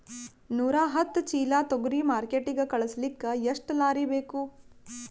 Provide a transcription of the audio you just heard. ನೂರಾಹತ್ತ ಚೀಲಾ ತೊಗರಿ ಮಾರ್ಕಿಟಿಗ ಕಳಸಲಿಕ್ಕಿ ಎಷ್ಟ ಲಾರಿ ಬೇಕು?